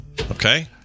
Okay